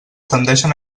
tendeixen